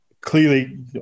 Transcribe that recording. clearly